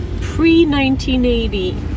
pre-1980